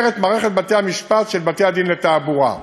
את מערכת בתי-המשפט של בתי-הדין לתעבורה.